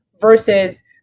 versus